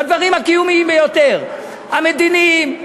בדברים הקיומיים ביותר: המדיניים,